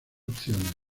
opciones